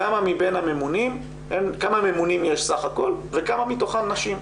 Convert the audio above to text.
כמה ממונים יש סך הכול וכמה מתוכם נשים?